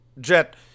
Jet